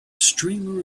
streamer